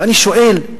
ואני שואל: